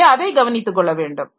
எனவே அதை கவனித்துக் கொள்ள வேண்டும்